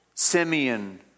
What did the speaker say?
Simeon